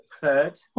third